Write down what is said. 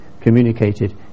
communicated